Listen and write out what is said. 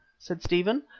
said stephen.